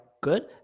good